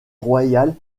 royale